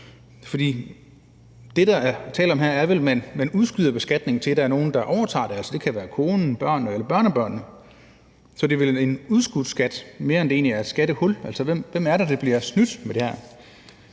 For det, der er tale om her, er vel, at man udskyder beskatningen til, at der er nogen, der overtager det – det kan være konen, børnene eller børnebørnene. Så det er vel en udskudt skat, mere end det egentlig er et skattehul. Altså, hvem er det, der bliver snydt med det her?